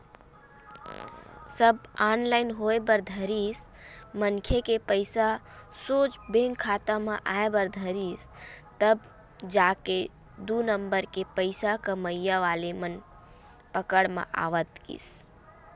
सब online होय बर धरिस मनखे के पइसा सोझ बेंक खाता म आय बर धरिस तब जाके दू नंबर के पइसा कमइया वाले मन पकड़ म आवत गिस